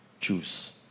choose